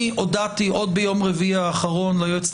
אני הודעתי עוד ביום רביעי האחרון ליועצת